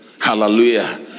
Hallelujah